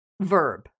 verb